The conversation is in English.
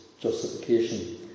justification